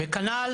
כנ"ל